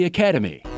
Academy